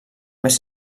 més